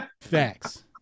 Facts